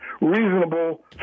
reasonable